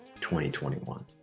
2021